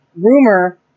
rumor